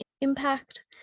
impact